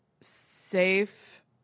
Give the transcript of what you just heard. safe